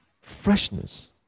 freshness